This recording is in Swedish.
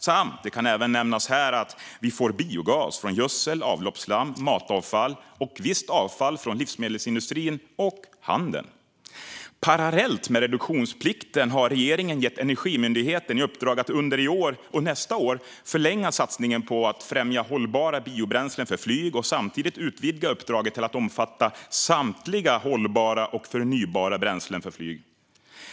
Här kan även nämnas att vi får biogas från gödsel, avloppsslam, matavfall och visst avfall från livsmedelsindustrin och handeln. Parallellt med reduktionsplikten har regeringen gett Energimyndigheten i uppdrag att under detta år och nästa år förlänga satsningen på att främja hållbara biobränslen för flyg och samtidigt utvidgat uppdraget till att omfatta samtliga hållbara och förnybara bränslen för flyg.